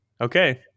okay